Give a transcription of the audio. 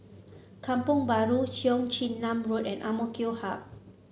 Kampong Bahru Cheong Chin Nam Road and AMK Hub